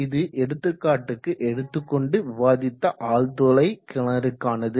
இது எடுத்துக்காட்டுக்கு எடுத்து கொண்டு விவாதித்த ஆழ்துளை கிணறுக்கானது